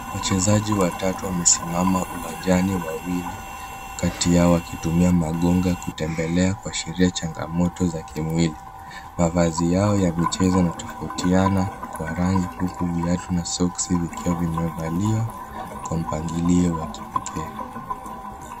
Wachezaji watatu wamesimama uwanjani wawili kati yao wakitumia magonga kutembelea kuashiria changamoto za kimwili. Mavazi yao ya michezo yanatofautiana kwa rangi huku viatu na soksi vikiwa vimevaliwa kwa mpangilio wa kipekee.